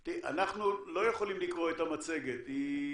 אנחנו לא יכולים לקרוא את המצגת, היא